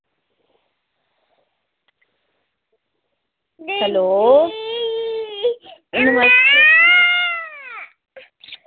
hello नमस्ते जी